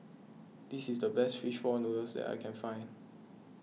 this is the best Fish Ball Noodles that I can find